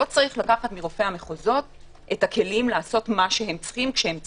לא צריך לקחת מרופאי המחוזות את הכלים לעשות מה שהם צריכים כשהם צריכים,